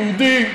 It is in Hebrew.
יהודי,